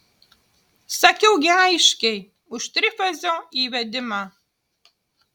sakiau gi aiškiai už trifazio įvedimą